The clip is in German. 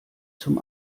zum